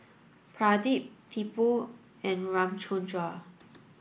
Pradip Tipu and Ramchundra